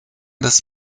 des